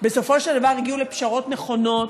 בסופו של דבר הגיעו לפשרות נכונות